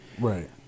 Right